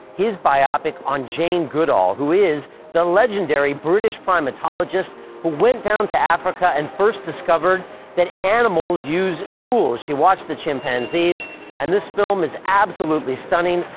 his biopic on jane goodall who is the legendary british primatologist who went down to africa and first discovered that animals used tools. she watched the chimpanzees and this film is absolutely stunning.